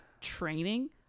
training